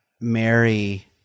Mary